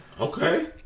Okay